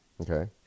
Okay